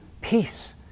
peace